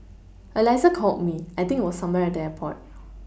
Alyssa called me I think it was somewhere at the airport